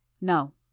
No